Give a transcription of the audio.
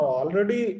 already